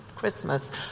christmas